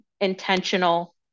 intentional